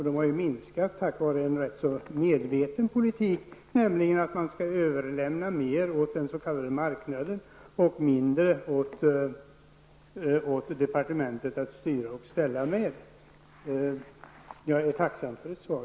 Det har minskat på grund av en rätt medveten politik, nämligen att man skall överlämna mer åt den s.k. marknaden och mindre åt departementet att styra och ställa med. Jag är tacksam för ett svar.